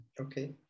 Okay